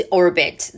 orbit